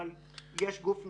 אבל יש גוף נוסף,